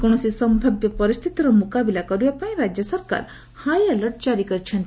କୌଣସି ସମ୍ଭାବ୍ୟ ପରିସ୍ଥିତିର ମୁକାବିଲା କରିବାପାଇଁ ରାଜ୍ୟ ସରକାର ହାଇଆଲର୍ଟ ଜାରି କରିଛନ୍ତି